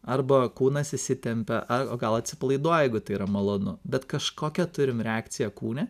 arba kūnas įsitempia o gal atsipalaiduoja jeigu tai yra malonu bet kažkokią turim reakciją kūne